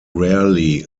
rarely